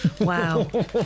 Wow